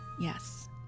yes